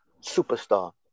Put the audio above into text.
superstar